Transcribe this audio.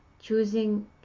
Choosing